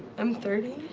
i'm thirty.